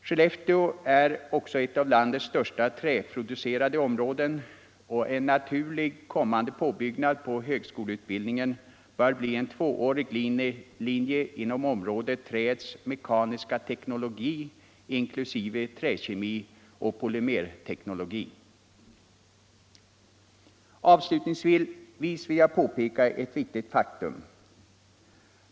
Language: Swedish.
Skellefteå är också ett av landets största träproducerande områden och en naturlig, kommande påbyggnad på högskoleutbildningen bör bli en tvåårig linje inom området träets mekaniska teknologi inklusive träkemi och polymerteknologi. Avslutningsvis vill jag påpeka ett viktigt faktum.